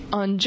on